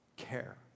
care